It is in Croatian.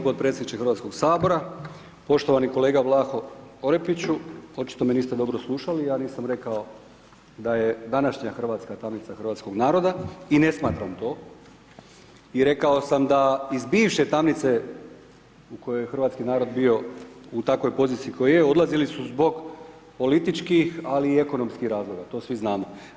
Poštovani podpredsjedniče Hrvatskog sabora, poštovani kolega Vlaho Orepiću, očito me niste dobro slušali, ja nisam rekao da je današnja Hrvatska tamnica hrvatskog naroda i ne smatram to i rekao sam da iz bivše tamnice u kojoj je hrvatski narod bio u takvoj poziciji u kojoj je odlazili su zbog političkih ali i ekonomskih razloga, to svi znamo.